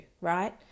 right